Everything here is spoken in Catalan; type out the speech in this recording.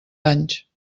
anys